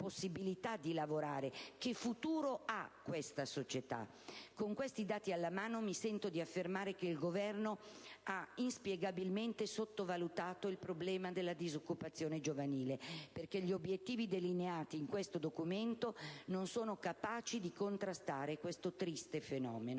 Che futuro ha questa società? Con questi dati alla mano, mi sento di affermare che il Governo ha inspiegabilmente sottovalutato il problema della disoccupazione giovanile, perché gli obiettivi delineati in questo Documento non sono capaci di contrastare questo triste fenomeno.